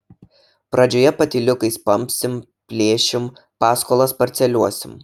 pradžioje patyliukais pampsim plėšim paskolas parceliuosim